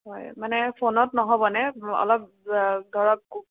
হয় মানে ফোনত নহ'ব নে অলপ ধৰক